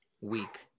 week